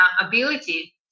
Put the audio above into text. ability